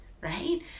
right